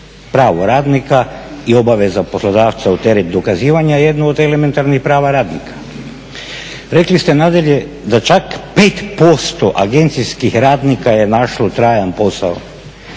Pravo radnika i obaveza poslodavca u teret dokazivanja je jedno od elementarnih prava radnika. Rekli ste nadalje da čak 5% agencijskih radnika je našlo trajan posao.